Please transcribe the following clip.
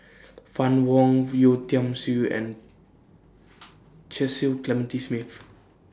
Fann Wong Yeo Tiam Siew and Cecil Clementi Smith